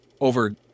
over